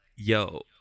Yo